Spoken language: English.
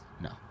No